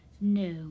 No